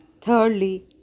Thirdly